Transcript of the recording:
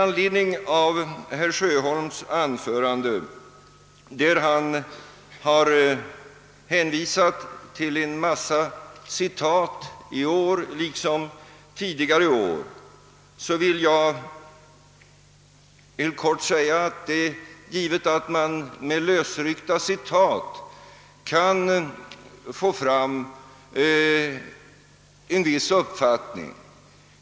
Herr Sjöholm hänvisade i år liksom tidigare år till en mängd citat. Det är givet att man med lösryckta citat kan få belägg för en viss uppfattning.